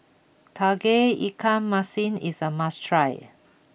Tauge Ikan Masin is a must try